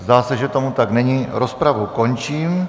Zdá se, že tomu tak není, rozpravu končím.